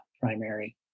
primary